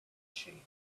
change